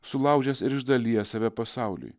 sulaužęs ir išdalijęs save pasauliui